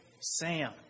Sam